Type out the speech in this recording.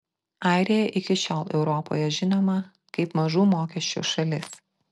airija iki šiol europoje žinoma kaip mažų mokesčių šalis